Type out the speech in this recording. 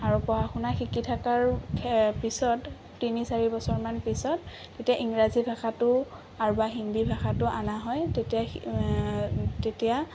আৰু পঢ়া শুনা শিকি থকাৰ পিছত তিনি চাৰি বছৰমান পিছত তেতিয়া ইংৰাজী ভাষাটোও আৰু বা হিন্দী ভাষাটোও অনা হয় তেতিয়া তেতিয়া